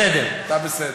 עיקריים.